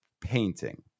painting